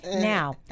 Now